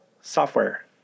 software